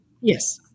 Yes